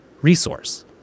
resource